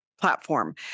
platform